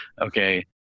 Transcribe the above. okay